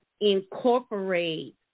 incorporate